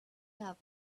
have